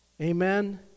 Amen